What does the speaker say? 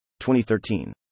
2013